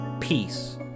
peace